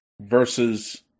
versus